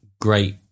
great